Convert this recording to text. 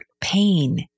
pain